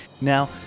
Now